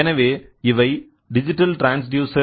எனவே இவை digital transducer